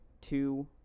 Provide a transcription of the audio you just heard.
two